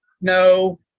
No